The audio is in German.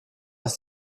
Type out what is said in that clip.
ist